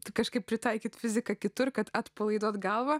tai kažkaip pritaikyti fiziką kitur kad atpalaiduoti galvą